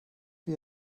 für